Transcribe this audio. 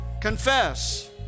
confess